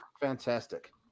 Fantastic